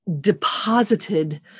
deposited